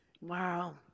Wow